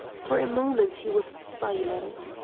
for a moment he was silent.